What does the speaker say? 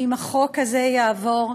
שאם החוק הזה יעבור,